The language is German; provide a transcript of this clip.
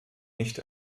nicht